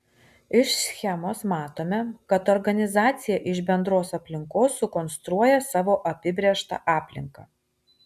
iš schemos matome kad organizacija iš bendros aplinkos sukonstruoja savo apibrėžtą aplinką